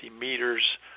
meters